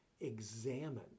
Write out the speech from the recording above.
examine